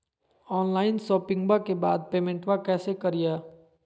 Online शोपिंग्बा के बाद पेमेंटबा कैसे करीय?